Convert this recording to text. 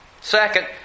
Second